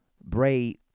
Bray